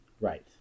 Right